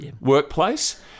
workplace